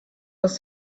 was